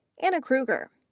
anna krueger,